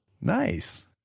Nice